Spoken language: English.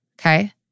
Okay